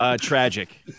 Tragic